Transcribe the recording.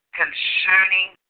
concerning